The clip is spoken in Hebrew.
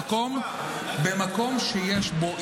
קודם כול, במקום שיש בו ערבוב,